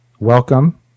welcome